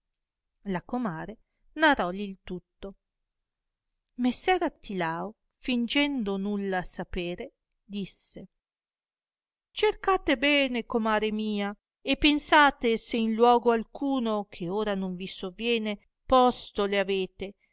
la comare narròli il tutto messer artilao fingendo nulla sapere disse cercate bene comare mia e pensate se in luogo alcuno che ora non vi soviene poste le avete